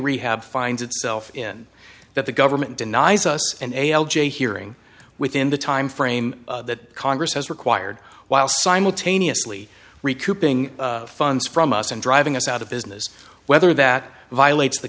rehab finds itself in that the government denies us and a l j hearing within the timeframe that congress has required while simultaneously recouping funds from us and driving us out of business whether that violates the